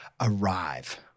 arrive